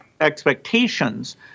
expectations